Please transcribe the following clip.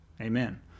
Amen